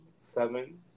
seven